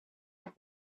were